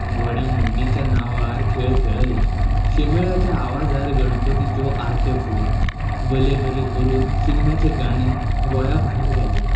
घोड्या मोडणींच्या नांवार खेळ खेळय शेमेळाच्या आवाजार गणपतीच्यो आरत्यो फुलय बलै बलै करून शिगम्याचें गाणें गोंया भायर गाजय